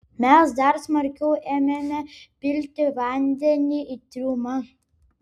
mes dar smarkiau ėmėme pilti vandenį į triumą